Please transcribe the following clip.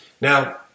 Now